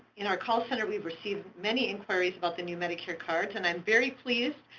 and our call center, we received many inquiries about the new medicare cards, and i'm very pleased.